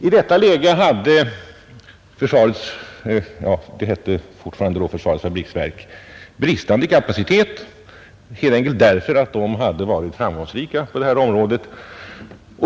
I detta läge hade försvarets fabriksverk, som företaget då fortfarande hette, bristande kapacitet helt enkelt därför att det hade varit framgångsrikt på området.